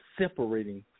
separating